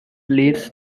leaves